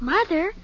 Mother